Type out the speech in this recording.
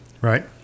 Right